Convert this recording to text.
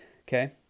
Okay